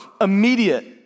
immediate